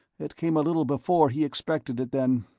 it came a little before he expected it, then.